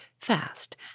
fast